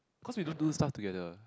cause we don't do stuff together